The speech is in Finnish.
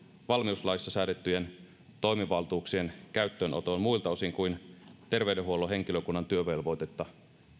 valmiuslaissa säädettyjen toimivaltuuksien käyttöönoton muilta osin kuin terveydenhuollon henkilökunnan työvelvoitetta